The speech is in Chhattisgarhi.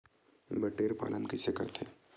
बटेर पालन कइसे करथे?